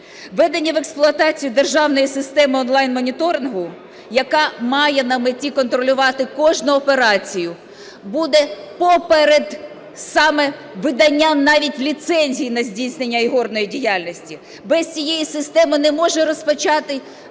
Введення в експлуатацію державної системи онлайн-моніторингу, яка має на меті контролювати кожну операцію, буде поперед саме виданням навіть ліцензій на здійснення ігорної діяльності. Без цієї системи не може розпочати